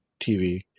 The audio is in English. TV